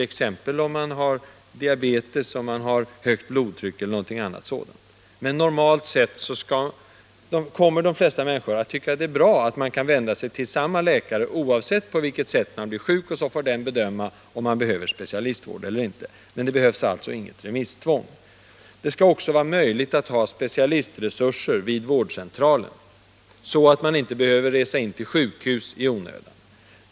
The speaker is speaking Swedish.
Normalt sett kommer emellertid de flesta människor att tycka att det är bra att de kan vända sig till samma läkare oavsett på vilket sätt de blir sjuka, och sedan får denna läkare bedöma om det behövs specialistvård eller inte. Det skall också vara möjligt att ha specialistresurser vid vårdcentralen, så att man inte behöver resa in till sjukhus i onödan.